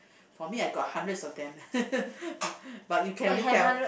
for me I got hundreds of them but you can only tell